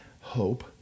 hope